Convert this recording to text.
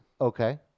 Okay